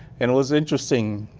and it was interesting.